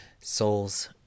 soul's